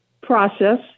process